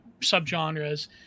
subgenres